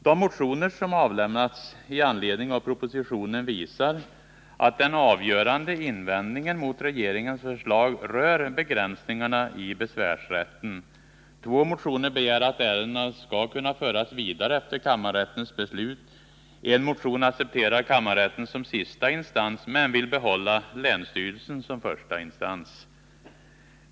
De motioner som väckts i anledning av propositionen visar att den avgörande invändningen mot regeringens förslag rör begränsningarna i besvärsrätten. I två motioner begär man att ärendena skall kunna föras vidare efter kammarrättens beslut. I en motion accepterar man kammarrätten som sista instans, men man vill behålla länsstyrelsen som första instans.